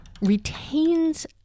retains